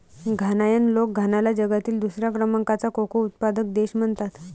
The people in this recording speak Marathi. घानायन लोक घानाला जगातील दुसऱ्या क्रमांकाचा कोको उत्पादक देश म्हणतात